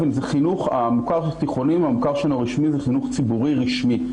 המוכר שאינו רשמי זה חינוך ציבורי רשמי,